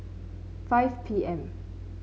five P M